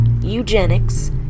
eugenics